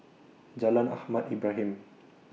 Jalan Ahmad Ibrahim